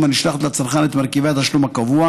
הנשלחת לצרכן את מרכיבי התשלום הקבוע